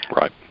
Right